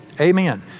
Amen